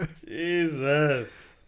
Jesus